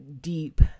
deep